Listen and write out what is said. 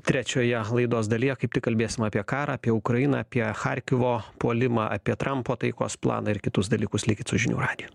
trečioje laidos dalyje kaip tik kalbėsim apie karą apie ukrainą apie charkivo puolimą apie trampo taikos planą ir kitus dalykus likit su žinių radiju